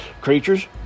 creatures